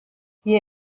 hier